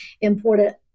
important